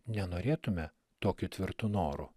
nenorėtume tokiu tvirtu noru